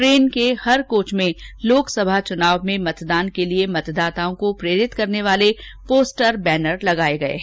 train के हर coach में लोककसभा चुनाव में मतदान के लिए मतदाताओं को प्रेरित करने वाले पोस्टर बैनर लगाए गए हैं